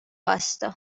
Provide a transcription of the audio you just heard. vastu